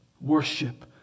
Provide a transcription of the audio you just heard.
Worship